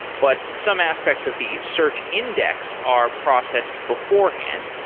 but some aspects of the search index are processed beforehand.